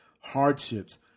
hardships